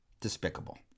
Despicable